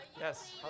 Yes